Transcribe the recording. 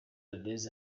les